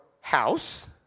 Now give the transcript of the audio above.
house